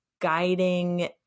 guiding